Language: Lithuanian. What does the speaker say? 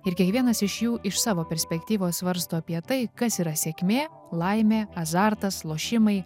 ir kiekvienas iš jų iš savo perspektyvos svarsto apie tai kas yra sėkmė laimė azartas lošimai